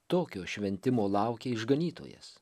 tokio šventimo laukė išganytojas